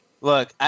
look